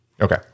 Okay